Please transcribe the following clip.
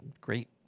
great